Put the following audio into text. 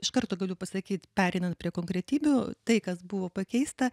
iš karto galiu pasakyt pereinant prie konkretybių tai kas buvo pakeista